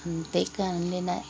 त्यही कारणले ना